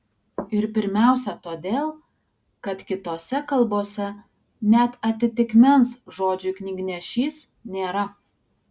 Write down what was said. ir pirmiausia todėl kad kitose kalbose net atitikmens žodžiui knygnešys nėra